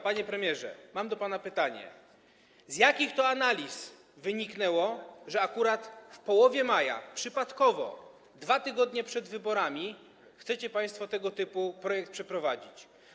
Panie premierze, mam do pana pytanie: Z jakich analiz wyniknęło to, że akurat w połowie maja, przypadkowo 2 tygodnie przed wyborami, chcecie państwo tego typu projekt przeprowadzić?